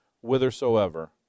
whithersoever